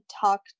talk